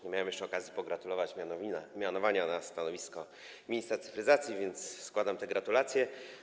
Nie miałem jeszcze okazji pogratulować mianowania na stanowisko ministra cyfryzacji, więc składam te gratulacje.